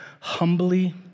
humbly